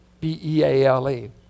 B-E-A-L-E